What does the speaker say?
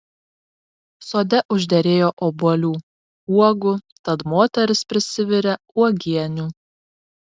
sode užderėjo obuolių uogų tad moteris prisivirė uogienių